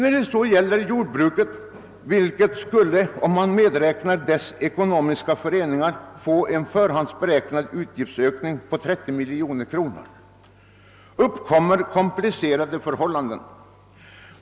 I fråga om jordbruket och dess ekonomiska föreningar som skulle tillfogas en förhandsberäknad utgiftsökning på 30 miljoner kronor, skulle det uppkomma komplicerade förhållanden.